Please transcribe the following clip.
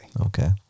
Okay